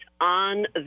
on